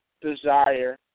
desire